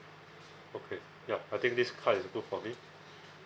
okay yup I think this card is good for me